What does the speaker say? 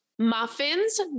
Muffins